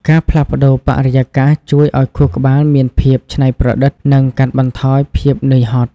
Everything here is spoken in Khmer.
ការផ្លាស់ប្តូរបរិយាកាសជួយឱ្យខួរក្បាលមានភាពច្នៃប្រឌិត និងកាត់បន្ថយភាពនឿយហត់។